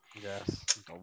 Yes